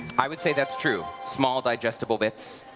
i would say that's true small digestible bits.